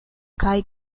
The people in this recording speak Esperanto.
kaj